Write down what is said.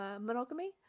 monogamy